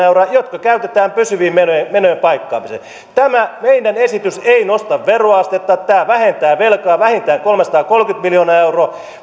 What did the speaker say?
euroa jotka käytetään pysyvien menojen menojen paikkaamiseen tämä meidän esityksemme ei nosta veroastetta tämä vähentää velkaa vähintään kolmesataakolmekymmentä miljoonaa euroa